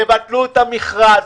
תבטלו את המכרז,